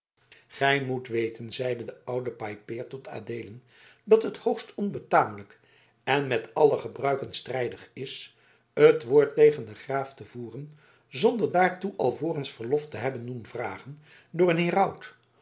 gij moet weten zeide de oude paypaert tot adeelen dat het hoogst onbetamelijk en met alle gebruiken strijdig is het woord tegen den graaf te voeren zonder daartoe alvorens verlof te hebben doen vragen door een